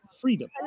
freedom